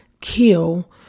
kill